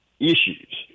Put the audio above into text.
issues